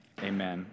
amen